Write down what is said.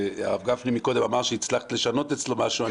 הרב גפני מקודם אמר שהצלחת לשנות אצלו משהו,